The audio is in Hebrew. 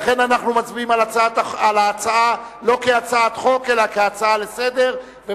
לכן אנחנו מצביעים על ההצעה לא כהצעת חוק אלא כהצעה לסדר-היום.